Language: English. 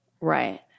Right